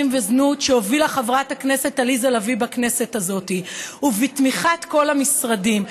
וזנות שהובילה חברת הכנסת עליזה לביא בכנסת הזאת ובתמיכת כל המשרדים.